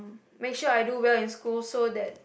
make sure I do well in school so that